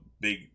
big